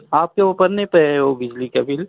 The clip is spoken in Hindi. आपके वोपरने पर है वह बिजली का बिल